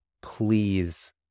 please